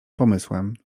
pomysłem